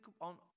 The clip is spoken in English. on